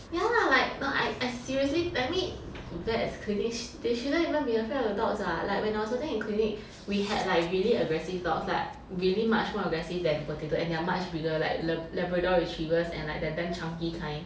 ya lah like no I I seriously I mean vets clinics they shouldn't even be afraid of the dogs [what] like when I was working in clinics we had like really aggressive dogs like really much more aggressive than potato and they are much bigger like labrador retrievers and like the damn chunky kind